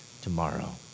tomorrow